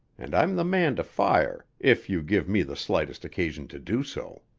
and i'm the man to fire if you give me the slightest occasion to do so.